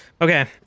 Okay